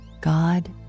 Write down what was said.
God